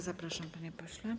Zapraszam, panie pośle.